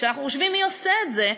כשאנחנו חושבים מי עושה את זה,